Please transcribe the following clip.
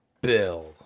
Bill